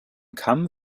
kamm